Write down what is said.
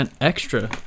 extra